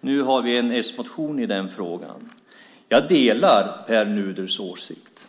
Nu har vi en s-motion i frågan. Jag delar Pär Nuders åsikt.